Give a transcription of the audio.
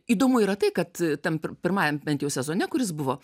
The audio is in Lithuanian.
įdomu yra tai kad tam pir pirmajam bent jau sezone kuris buvo